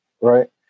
right